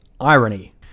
irony